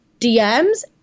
DMs